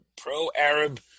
pro-Arab